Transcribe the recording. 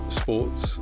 sports